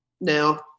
now